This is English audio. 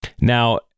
Now